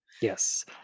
Yes